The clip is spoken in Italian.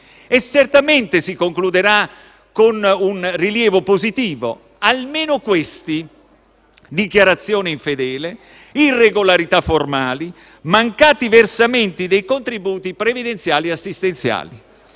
certamente si concluderà con un rilievo positivo; almeno questi: dichiarazione infedele, irregolarità formali, mancati versamenti dei contributi previdenziali e assistenziali.